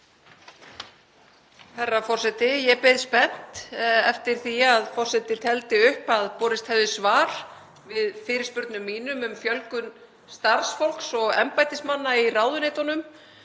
Herra forseti. Ég beið spennt eftir því að forseti teldi upp að borist hefði svar við fyrirspurnum mínum um fjölgun starfsfólks og embættismanna í ráðuneytunum